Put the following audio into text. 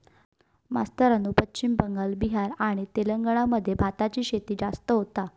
मास्तरानू पश्चिम बंगाल, बिहार आणि तेलंगणा मध्ये भाताची शेती जास्त होता